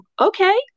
okay